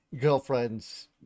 girlfriends